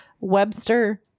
Webster